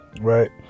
right